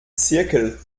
zirkel